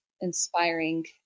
inspiring